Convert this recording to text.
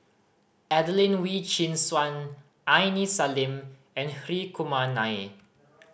Adelene Wee Chin Suan Aini Salim and Hri Kumar Nair